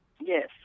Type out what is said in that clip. Yes